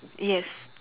yes